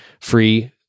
free